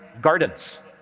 gardens